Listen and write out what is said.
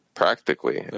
practically